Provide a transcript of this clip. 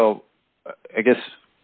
well i guess